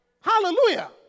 Hallelujah